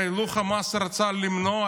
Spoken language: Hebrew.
הרי לו חמאס רצה למנוע,